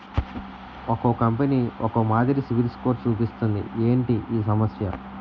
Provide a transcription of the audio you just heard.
ఒక్కో కంపెనీ ఒక్కో మాదిరి సిబిల్ స్కోర్ చూపిస్తుంది ఏంటి ఈ సమస్య?